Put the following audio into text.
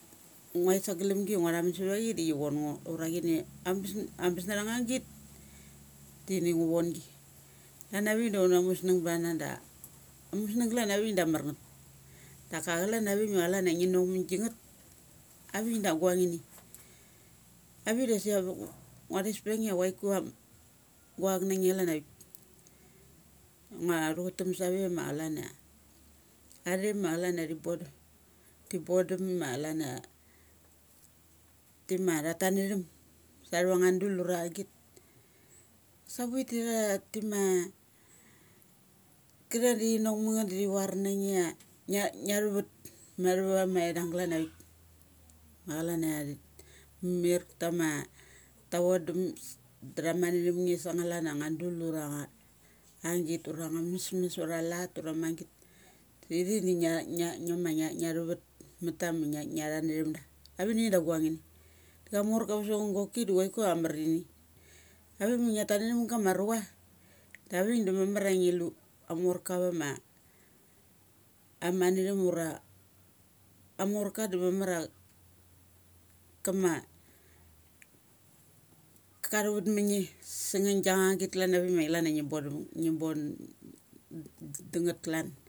Nguait sa glamgi ngua thamun sa va chi da chi von ngo. Ura chini am, ambes nathang nga git dini ngu von gi. Klan avik da una musnung bana da amusng glan avik da amar ngeth. Daka chalan avik ma chalan a ngi nok ma ngi nok ma gi ngeth avik da aguang ini. Avik dasik ava nga ngua thes pa nge ia chuaiku am guauk na nge da chalan avik. Ngua thu chutam save ma chalan ia athe ma chalan ia thi bon dum, thi bon dum ma chalan a ti ma tha tatna thum sa thavanga dul da agit savit da thi ma katnere da thi nok ma ngeth da thi var na nge ia ngia, ngia thuvet ma thava ma ithung glan avik ma chalan ia ta mir tama ta vondum sum da tha muni thum nge sa ngalan a dul urang, ang git, ura nga mesmes ura lat ura magit. Ithik da ngi, ngia thuvet mata ma ngia, ngia thundrem da. Avani dang guang ini. Ka morka ava so chong soki chuaiku amarini. Ave ma ngia tan na thumga ma rucha davik da mamor a ngi lu amorka ava ma am mani thum ura. Amorka da mamar a kama katni vetma nge sung nga gi ang nga git glan avik ma ngi bonum ngi bon dam ngeth kalan.